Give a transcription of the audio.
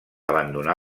abandonar